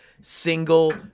single